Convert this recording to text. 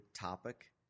topic